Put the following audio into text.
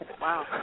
Wow